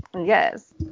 Yes